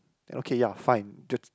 okay ya fine that's